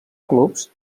clubs